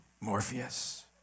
Morpheus